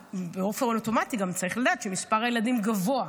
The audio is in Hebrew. באופן אוטומטי גם צריך לדעת שמספר הילדים גבוה,